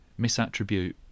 misattribute